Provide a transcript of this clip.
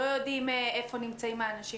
לא יודעים איפה נמצאים האנשים